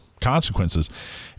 consequences